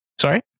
Sorry